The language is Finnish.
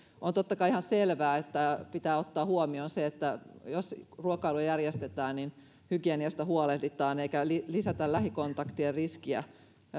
on totta kai ihan selvää että pitää ottaa huomioon se että jos ruokailu järjestetään niin hygieniasta huolehditaan eikä lisätä lähikontaktien riskiä